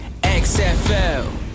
XFL